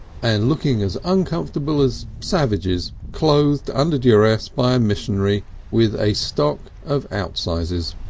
and looking as uncomfortable as savages clothed under duress by a missionary with a stock of out-sizes.